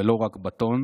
ולא רק בטון